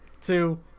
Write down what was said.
two